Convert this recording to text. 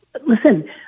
listen